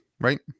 right